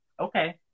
Okay